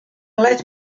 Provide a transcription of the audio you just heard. let